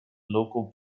local